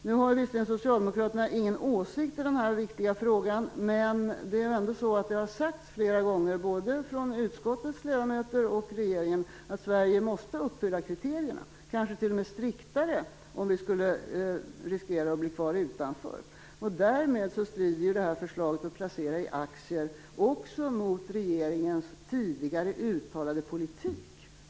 Nu har visserligen Socialdemokraterna ingen åsikt i den här viktiga frågan, men det har ändå sagts flera gånger, från både utskottets ledamöter och regeringen, att Sverige måste uppfylla kriterierna, kanske t.o.m. striktare om vi riskerar att bli kvar utanför. Därmed strider förslaget om placeringar i aktier också mot regeringens tidigare uttalade politik.